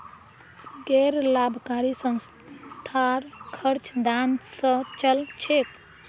गैर लाभकारी संस्थार खर्च दान स चल छेक